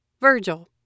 Virgil